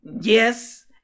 yes